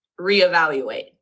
reevaluate